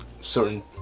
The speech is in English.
certain